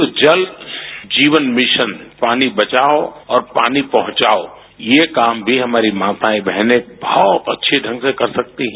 तो जल जीवन मिशन पानी बचाओं और पानी पहुंचाओ यह काम भी हमारी माताएं बहने बहुत अच्दे ढंग से कर सकती है